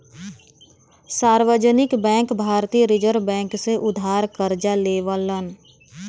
सार्वजनिक बैंक भारतीय reserve bank से उधार करजा लेवलन